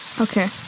Okay